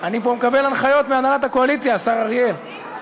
אני מקבל פה הנחיות מהנהלת הקואליציה, השר אריאל.